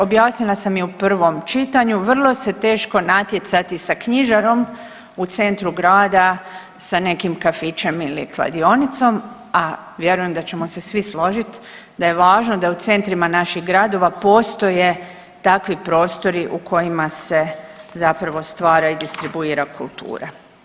Objasnila sam i u prvom čitanju vrlo se teško natjecati sa knjižarom u centru grada, sa nekim kafićem ili kladionicom, a vjerujem da ćemo se svi složiti da je važno da u centrima naših gradova postoje takvi prostori u kojima se zapravo stvara i distribuira kultura.